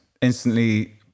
instantly